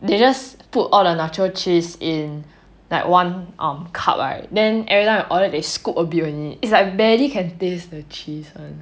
they just put all the nacho cheese in like one um cup right then everytime I order then they scoop a bit only it's like barely can taste the cheese